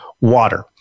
Water